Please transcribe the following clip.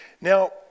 Now